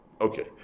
Okay